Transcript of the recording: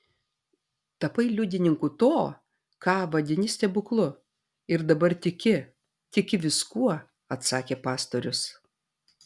tapai liudininku to ką vadini stebuklu ir dabar tiki tiki viskuo atsakė pastorius